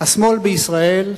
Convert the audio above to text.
השמאל בישראל,